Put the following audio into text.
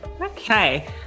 Okay